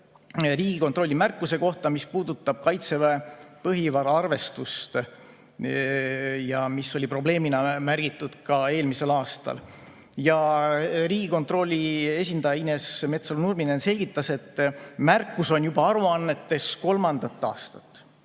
Riigikontrolli märkuse kohta, mis puudutab Kaitseväe põhivara arvestust ja mis oli probleemina märgitud ka eelmisel aastal. Riigikontrolli esindaja Ines Metsalu-Nurminen selgitas, et märkus on aruannetes juba kolmandat aastat.